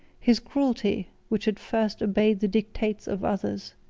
his cruelty, which at first obeyed the dictates of others,